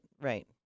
right